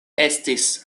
estis